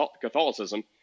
Catholicism